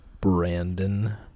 Brandon